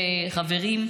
וחברים,